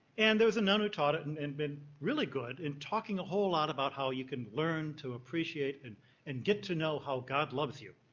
and there was a nun who taught it and had been really good in talking a whole lot about how you can learn to appreciate and and get to know how god loves you.